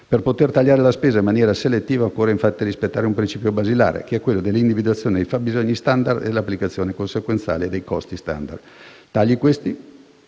Per poter tagliare la spesa in maniera selettiva occorre infatti rispettare un principio basilare che è quello dell'individuazione dei fabbisogni standard e dell'applicazione consequenziale dei costi *standard*. I tagli non